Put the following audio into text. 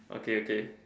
okay okay